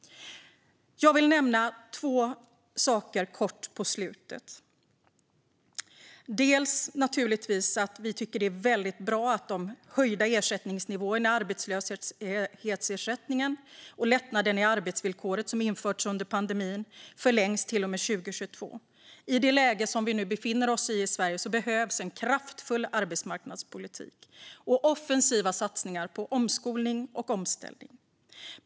Jag ska till sist kort nämna två saker. Vi tycker att det är väldigt bra att de höjda nivåerna i arbetslöshetsersättningen och lättnaden i arbetsvillkoret som införts under pandemin förlängs till och med 2022. I det läge Sverige befinner sig behövs en kraftfull arbetsmarknadspolitik och offensiva satsningar på omskolning och omställning.